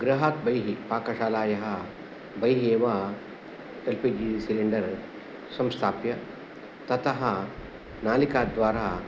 गृहात् बहिः पाकशालायाः बहिः एव एल् पि जि सिलिण्डर् संस्थाप्य ततः नलिका द्वारा